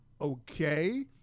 okay